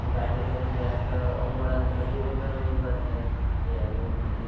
ଓ ଗାଡ଼ିରେ ଯିବା ଆସିବା ଅବହେଳା କଲେ ଦୁର୍ଘଟଣା ହୋଇପାରିଥାଏ ଏବଂ ମଧ୍ୟ